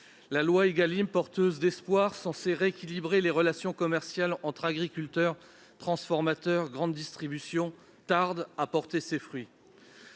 loi Égalim, porteuse d'espoirs, censée rééquilibrer les relations commerciales entre agriculteurs, transformateurs et grande distribution, tarde à porter ses fruits.